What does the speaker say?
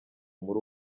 muri